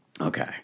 Okay